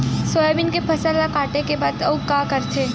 Soybean के फसल ल काटे के बाद आऊ का करथे?